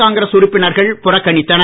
காங்கிரஸ் உறுப்பினர்கள் புறக்கணித்தனர்